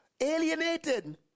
alienated